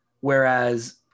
Whereas